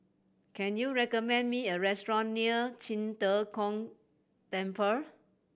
can you recommend me a restaurant near Qing De Gong Temple